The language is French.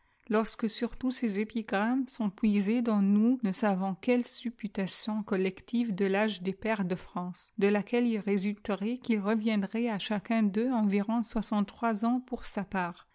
lorsque surtout ces épigrammes sont puisées dans nous ne savons quelle supputation collective de tftge des pairs de france de laquelle il résulterait qu'il reviendrait à chacun d'eux environ soixante trois ans pour sa part